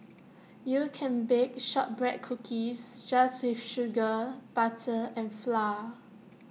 you can bake Shortbread Cookies just with sugar butter and flour